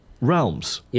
realms